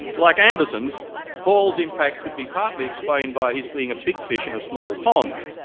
like anderson's paul's impact could be partly explained by his being a big fish in a small pond,